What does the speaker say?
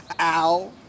Ow